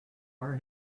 our